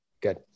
Good